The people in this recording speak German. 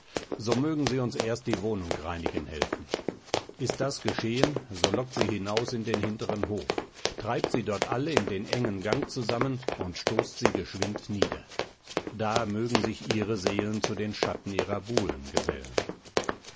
so mögen sie uns erst die wohnung reinigen helfen ist das geschehen so lockt sie hinaus in den hinteren hof treibt sie dort alle in den engen gang zusammen und stoßt sie geschwind nieder da mögen sich ihre seelen zu den schatten ihrer buhlen gesellen